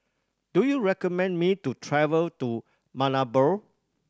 do you recommend me to travel to Malabo